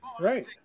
Right